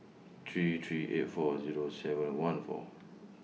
three three eight four Zero seven one four